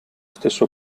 stesso